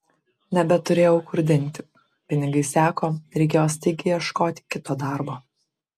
nebeturėjau kur dingti pinigai seko reikėjo staigiai ieškoti kito darbo